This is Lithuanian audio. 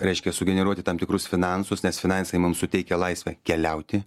reiškia sugeneruoti tam tikrus finansus nes finansai mum suteikia laisvę keliauti